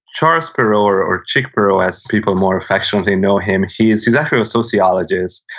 charles perrow or or chick perrow as people more affectionately know him, he's he's actually a sociologist,